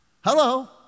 Hello